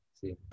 See